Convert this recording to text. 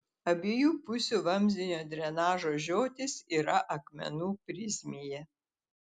abiejų pusių vamzdinio drenažo žiotys yra akmenų prizmėje